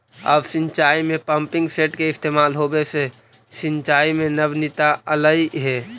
अब सिंचाई में पम्पिंग सेट के इस्तेमाल होवे से सिंचाई में नवीनता अलइ हे